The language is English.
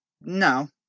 No